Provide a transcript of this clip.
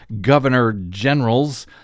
governor-generals